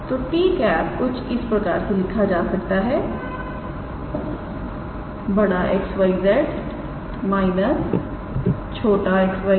तो 𝑡̂ कुछ इस प्रकार से लिखा जा सकता है 𝑋 𝑌 𝑍 − 𝑥 𝑦 𝑧